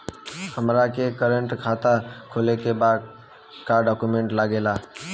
हमारा के करेंट खाता खोले के बा का डॉक्यूमेंट लागेला?